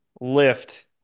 lift